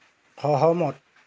সহমত